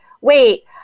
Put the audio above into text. wait